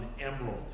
emerald